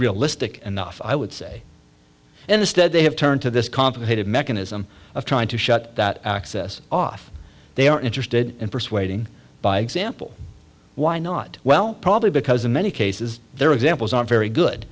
realistic enough i would say instead they have turned to this complicated mechanism of trying to shut that access off they are interested in persuading by example why not well probably because in many cases their examples are very good